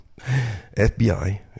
FBI